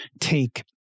take